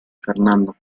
fernando